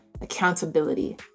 accountability